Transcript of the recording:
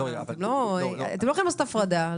אתם לא יכולים לעשות הפרדה.